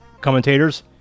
commentators